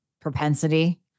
propensity